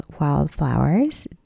wildflowers